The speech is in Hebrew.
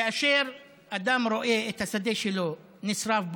כאשר אדם רואה את השדה שלו נשרף,